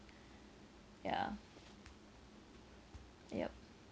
yeah yup